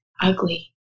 ugly